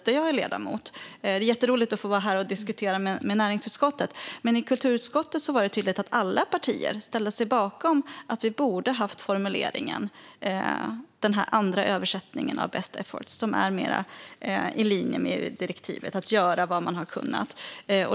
Men det som jag ser och som jag också framförde i mitt anförande är att i kulturutskottet, där jag är ledamot, var det tydligt att alla partier ställde sig bakom att vi borde ha haft formuleringen med den andra översättningen av best effort, som är mer i linje med direktivet, alltså att man har gjort det man har kunnat.